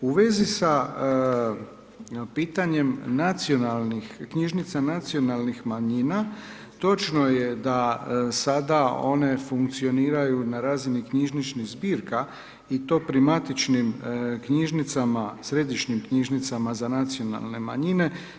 U vezi sa pitanjem nacionalnih knjižnica nacionalnih manjina, točno je da sada one funkcioniraju na razini knjižničnih zbirka i to pri matičnim knjižnicama, središnjim knjižnicama za nacionalne manjine.